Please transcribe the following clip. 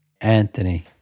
Anthony